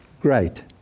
great